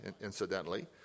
incidentally